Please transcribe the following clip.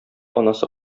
анасы